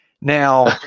now